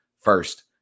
first